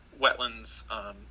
wetlands